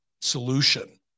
solution